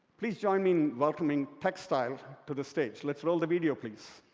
please join me in welcoming techstyle to the stage. let's roll the video please.